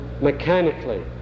mechanically